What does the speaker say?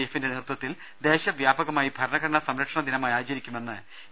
എഫിന്റെ നേതൃത്വത്തിൽ ദേശവ്യാപകമായി ഭരണഘടനാ സംരക്ഷണ ദിനമായി ആചരിക്കുമെന്ന് എ